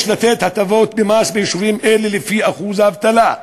יש לתת הטבות במס ביישובים אלה לפי אחוז האבטלה.